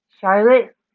Charlotte